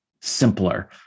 simpler